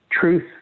truth